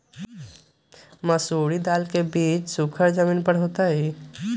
मसूरी दाल के बीज सुखर जमीन पर होतई?